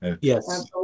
Yes